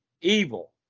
evil